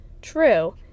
true